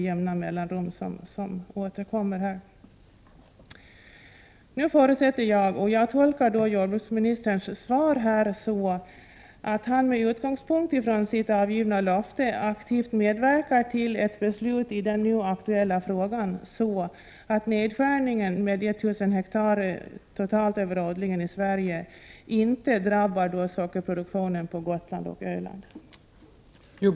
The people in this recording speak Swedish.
Jag tolkar jordbruksministerns svar på ett sådant sätt att han med utgångspunkt i sitt givna löfte aktivt medverkar till ett beslut i den nu aktuella frågan, så att nedskärningen i Sverige med totalt 1 000 hektar inte drabbar sockerproduktionen på Gotland och Öland.